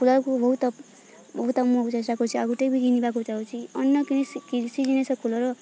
କୁଲରକୁ ବହୁତ ବହୁତ ମୁଁ ଚେଷ୍ଟା କରୁଛି ଆଉ ଗୁଟେ ବି କିନିବାକୁ ଚେଷ୍ଟା କରୁଛି ଅନ୍ୟ କିଛି ଜିନିଷ କୁଲର